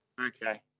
Okay